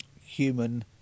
human